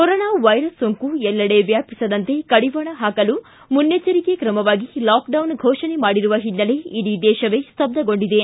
corona virus ಸೋಂಕು ಎಲ್ಲೆಡೆ ವ್ಯಾಪಿಸದಂತೆ ಕಡಿವಾಣ ಹಾಕಲು ಮುನ್ನೆಜ್ವರಿಕೆ ಕ್ರಮವಾಗಿ ಲಾಕ್ಡೌನ್ ಫೋಷಣೆ ಮಾಡಿರುವ ಓನ್ನೆಲೆ ಇಡೀ ದೇಶವೇ ಸ್ತಬ್ಬಗೊಂಡಿದೆ